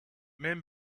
men